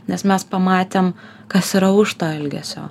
nes mes pamatėm kas yra už to elgesio